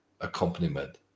accompaniment